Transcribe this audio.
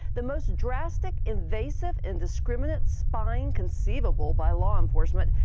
the most drastic, invasive, indiscriminate spying conceivable by law enforcement,